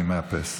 אני מאפס.